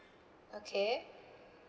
okay